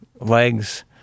legs